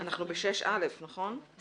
זה